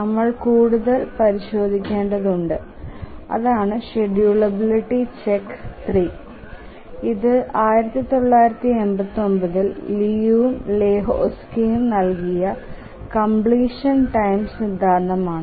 നമ്മൾ കൂടുതൽ പരിശോധിക്കേണ്ടതുണ്ട് അതാണ് ഷെഡ്യൂളബിലിറ്റി ചെക്ക് 3 ഇത് 1989 ൽ ലിയുവും ലെഹോസ്കിയും നൽകിയ കംപ്ലീഷൻ ടൈം സിദ്ധാന്തമാണ്